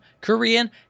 Korean